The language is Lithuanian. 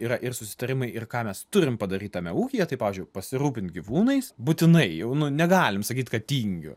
yra ir susitarimai ir ką mes turim padaryt tame ūkyje tai pavyzdžiui pasirūpint gyvūnais būtinai jau nu negalim sakyt kad tingiu